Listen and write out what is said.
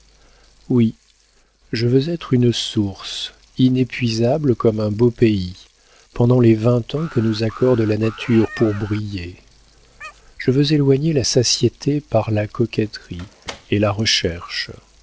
oui je veux être une source inépuisable comme un beau pays pendant les vingt ans que nous accorde la nature pour briller je veux éloigner la satiété par la coquetterie et la recherche